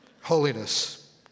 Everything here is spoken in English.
Holiness